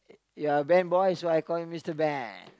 you're a band boy so I call you Mister Band